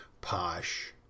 posh